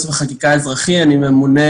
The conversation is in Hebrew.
אני ממונה